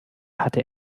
hatte